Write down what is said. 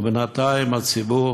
ובינתיים הציבור